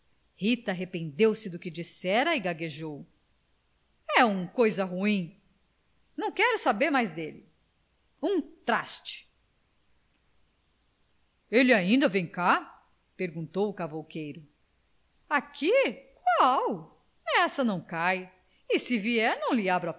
arrependeu-se do que dissera e gaguejou é um coisa ruim não quero saber mais dele um traste ele ainda vem cá perguntou o cavouqueiro aqui qual nessa não caio e se vier não lhe